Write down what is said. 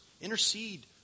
intercede